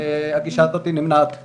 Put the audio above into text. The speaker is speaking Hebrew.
והגישה הזאת נמנעת מהם,